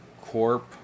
Corp